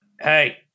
Hey